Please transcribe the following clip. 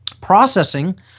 processing